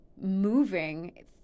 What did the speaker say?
moving